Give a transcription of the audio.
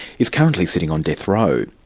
is currently sitting on death row.